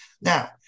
Now